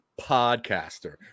podcaster